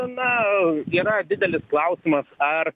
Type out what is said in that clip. na yra didelis klausimas ar